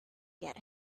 get